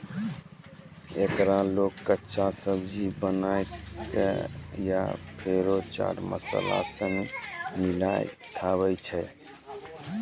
एकरा लोग कच्चा, सब्जी बनाए कय या फेरो चाट मसाला सनी मिलाकय खाबै छै